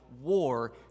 war